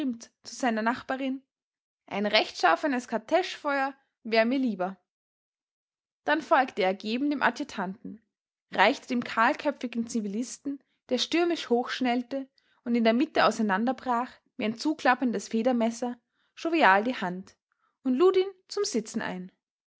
zu seiner nachbarin ein rechtschaffenes kartäschfeuer wär mir lieber dann folgte er ergeben dem adjutanten reichte dem kahlköpfigen zivilisten der stürmisch hochschnellte und in der mitte auseinanderbrach wie ein zuklappendes federmesser jovial die hand und lud ihn zum sitzen ein